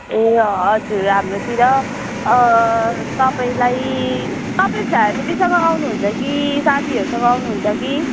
ए हजुर हाम्रोतिर तपाईँलाई तपाईँ फ्यामिलीसँग आउनु हुन्छ कि साथीहरूसँग आउनु हुन्छ कि